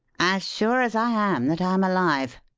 as sure as i am that i'm alive.